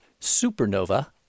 supernova